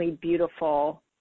beautiful